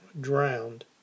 drowned